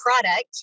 product